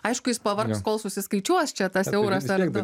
aišku jis pavargs kol susiskaičiuos čia tas euras ar du